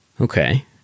Okay